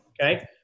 Okay